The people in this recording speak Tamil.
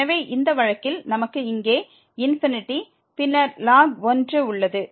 எனவே இந்த வழக்கில் நமக்கு இங்கே ∞ பின்னர் ln 1 உள்ளது